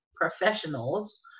professionals